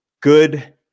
good